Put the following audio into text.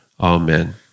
Amen